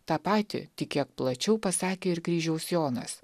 tą patį tik kiek plačiau pasakė ir kryžiaus jonas